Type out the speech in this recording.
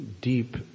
deep